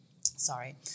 sorry